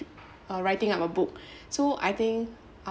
uh writing up a book so I think